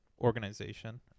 organization